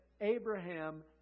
Abraham